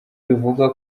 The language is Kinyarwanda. bivugwa